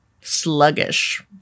sluggish